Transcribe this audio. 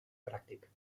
pràctic